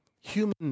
human